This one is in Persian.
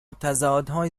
تضادهای